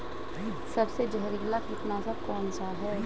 सबसे जहरीला कीटनाशक कौन सा है?